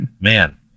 man